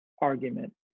argument